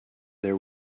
there